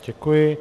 Děkuji.